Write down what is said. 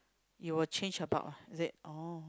you will change about ah is it oh